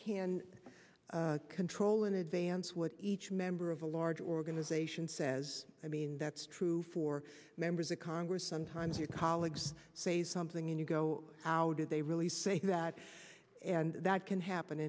can control in advance what each member of a large organization says i mean that's true for members of congress sometimes your colleagues say something and you go how do they really say that and that can happen